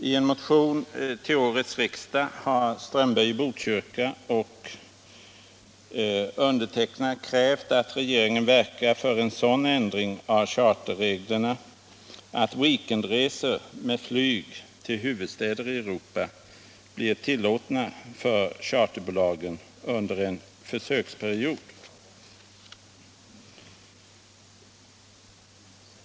I en motion till årets riksdag har herr Strömberg i Botkyrka och jag krävt att regeringen verkar för en sådan ändring av charterreglerna, att weekendresor med flyg till huvudstäder i Europa blir tillåtna för charterbolagen under en försöksperiod.